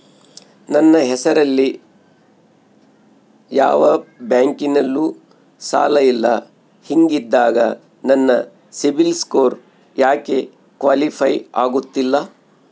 ನನ್ನ ಹೆಸರಲ್ಲಿ ಯಾವ ಬ್ಯಾಂಕಿನಲ್ಲೂ ಸಾಲ ಇಲ್ಲ ಹಿಂಗಿದ್ದಾಗ ನನ್ನ ಸಿಬಿಲ್ ಸ್ಕೋರ್ ಯಾಕೆ ಕ್ವಾಲಿಫೈ ಆಗುತ್ತಿಲ್ಲ?